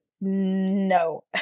No